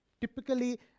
typically